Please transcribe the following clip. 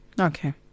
Okay